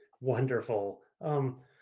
Wonderful